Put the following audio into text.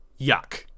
yuck